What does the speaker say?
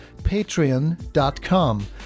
patreon.com